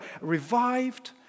revived